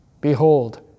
Behold